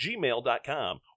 gmail.com